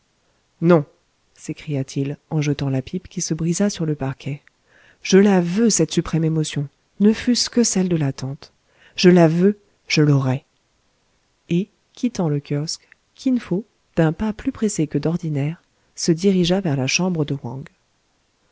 non s'écria-t-il en jetant la pipe qui se brisa sur le parquet je la veux cette suprême émotion ne fût-ce que celle de l'attente je la veux je l'aurai et quittant le kiosque kin fo d'un pas plus pressé que d'ordinaire se dirigea vers la chambre de wang